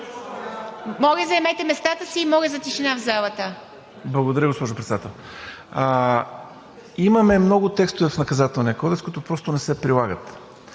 Моля, заемете местата си и моля за тишина в залата! ХРИСТО ИВАНОВ: Благодаря, госпожо Председател. Имаме много текстове в Наказателния кодекс, които просто не се прилагат